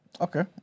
Okay